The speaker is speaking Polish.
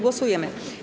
Głosujemy.